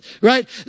right